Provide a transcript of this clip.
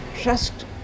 trust